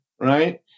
right